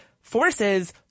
forces